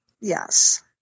Yes